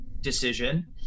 decision